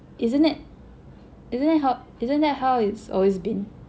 isn't it isn't it how isn't that how it's always been